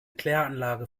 kläranlage